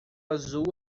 azul